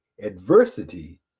adversity